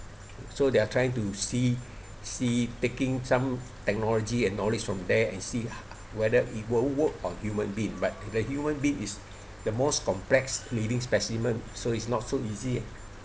so they're trying to see see taking some technology and knowledge from there and see whether it will work on human being but the human being is the most complex leading specimen so it's not so easy